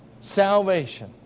salvation